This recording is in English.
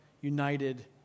united